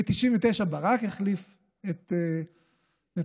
ב-1999 ברק החליף את נתניהו,